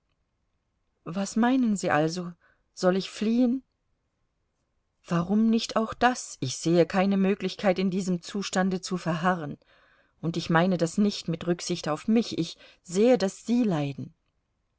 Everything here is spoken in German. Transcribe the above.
was meinen sie also soll ich fliehen warum nicht auch das ich sehe keine möglichkeit in diesem zustande zu verharren und ich meine das nicht mit rücksicht auf mich ich sehe daß sie leiden